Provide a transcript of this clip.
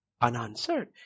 unanswered